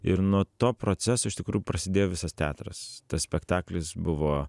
ir nuo to proceso iš tikrųjų prasidėjo visas teatras tas spektaklis buvo